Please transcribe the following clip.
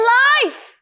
life